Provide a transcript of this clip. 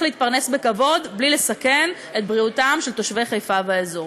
להתפרנס בכבוד בלי לסכן את בריאותם של תושבי חיפה והאזור.